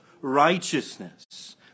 righteousness